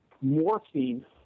morphine